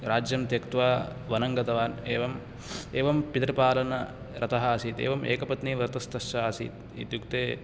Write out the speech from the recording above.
राज्यं त्यक्त्वा वनङ्गतवान् एवं एवं पितृपालनरतः आसीत् एवम् एकपत्नीव्रतस्तस्य आसीत् इत्युक्ते